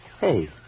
Hey